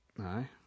Aye